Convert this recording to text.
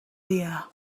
dear